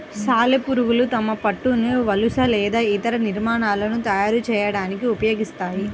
సాలెపురుగులు తమ పట్టును వలలు లేదా ఇతర నిర్మాణాలను తయారు చేయడానికి ఉపయోగిస్తాయి